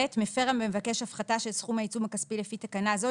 מפר המבקש הפחתה של סכום העיצום הכספי לפי תקנה זו,